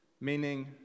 meaning